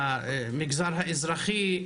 המגזר האזרחי,